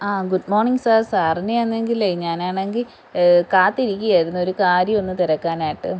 ആ good morning sir സാറിനെ ഒന്നിങ്കിലെ ഞാനാണെങ്കി കാത്തിരിക്കയായിരുന്നു ഒരു കാര്യം ഒന്ന് തെരക്കാനായിട്ട്